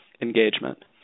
engagement